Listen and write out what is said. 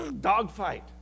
Dogfight